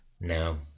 No